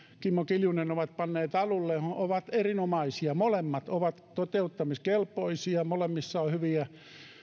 kimmo kiljunen ovat panneet alulle ovat erinomaisia molemmat ovat toteuttamiskelpoisia molemmissa on hyviä